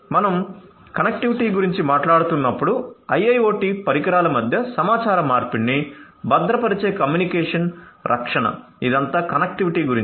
మనం కనెక్టివిటీ గురించి మాట్లాడుతున్నప్పుడు IIoT పరికరాల మధ్య సమాచార మార్పిడిని భద్రపరిచే కమ్యూనికేషన్ రక్షణ ఇదంతా కనెక్టివిటీ గురించి